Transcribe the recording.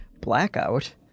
Blackout